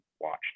watched